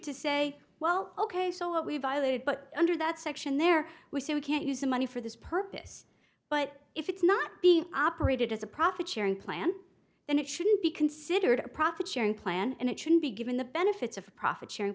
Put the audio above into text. to say well ok so what we've violated but under that section there we say we can't use the money for this purpose but if it's not be operated as a profit sharing plan then it shouldn't be considered a profit sharing plan and it should be given the benefits of a profit sharing